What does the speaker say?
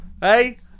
Hey